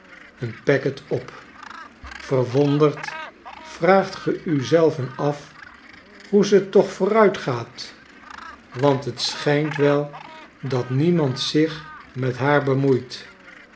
een packet op verwonderd vraagt gij u zelven af hoe ze toch vooruitgaat want t schijnt wel dat niemandzich met haar bemoeit